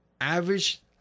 Average